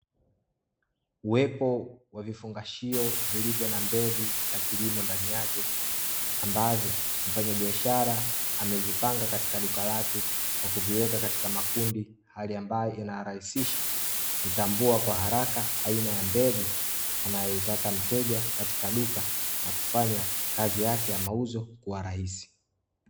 Uwepo wa vifungashio vilivyo na mbegu za kilimo ndani yake ambavyo mfanyabiashara amevipanga katika duka lake kwa kuviweka katika makundi hali ambayo inarahisisha kutambua kwa haraka aina ya mbegu anayoitaka mteja katika duka na kufanya kazi yake ya mauzo kuwa raisi.